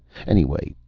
anyway,